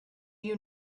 you